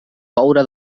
coure